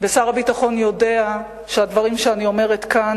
ושר הביטחון יודע שהדברים שאני אומרת כאן